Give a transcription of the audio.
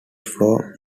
floor